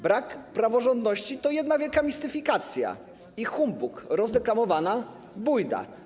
Brak praworządności to jedna wielka mistyfikacja i humbug, rozreklamowana bujda.